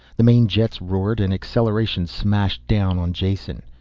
the main jets roared and acceleration smashed down on jason.